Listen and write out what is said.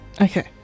Okay